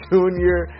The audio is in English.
Junior